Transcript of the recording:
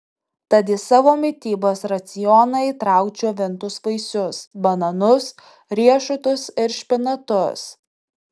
tad į savo mitybos racioną įtrauk džiovintus vaisius bananus riešutus ir špinatus